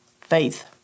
faith